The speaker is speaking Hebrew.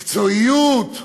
מקצועיות,